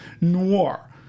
noir